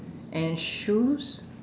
and shoes